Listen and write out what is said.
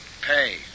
Pay